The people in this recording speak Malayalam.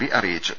പി അറിയിച്ചു